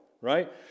right